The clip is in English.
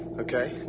okay,